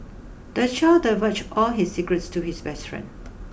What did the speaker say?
the child divulged all his secrets to his best friend